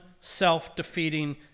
self-defeating